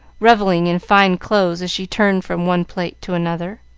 revelling in fine clothes as she turned from one plate to another.